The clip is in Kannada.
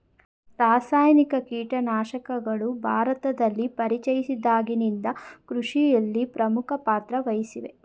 ರಾಸಾಯನಿಕ ಕೀಟನಾಶಕಗಳು ಭಾರತದಲ್ಲಿ ಪರಿಚಯಿಸಿದಾಗಿನಿಂದ ಕೃಷಿಯಲ್ಲಿ ಪ್ರಮುಖ ಪಾತ್ರ ವಹಿಸಿವೆ